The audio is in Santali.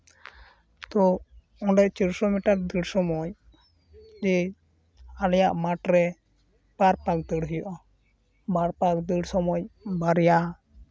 ᱛᱚ ᱚᱸᱰᱮ ᱪᱟᱹᱨᱥᱚ ᱢᱤᱴᱟᱨ ᱫᱟᱹᱲ ᱥᱚᱢᱚᱭ ᱡᱮ ᱟᱞᱮᱭᱟᱜ ᱢᱟᱴᱷ ᱨᱮ ᱵᱟᱨ ᱯᱟᱸᱠ ᱫᱟᱹᱲ ᱦᱩᱭᱩᱜᱼᱟ ᱵᱟᱨ ᱯᱟᱸᱠ ᱫᱟᱹᱲ ᱥᱚᱢᱚᱭ ᱵᱟᱨᱭᱟ